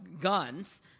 guns